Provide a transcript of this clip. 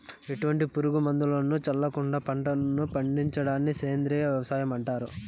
ఎటువంటి పురుగు మందులను చల్లకుండ పంటలను పండించడాన్ని సేంద్రీయ వ్యవసాయం అంటారు